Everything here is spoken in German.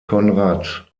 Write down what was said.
conrad